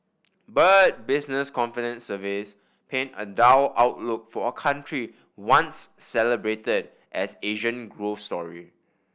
but business confidence surveys paint a dull outlook for a country once celebrated as Asian growth story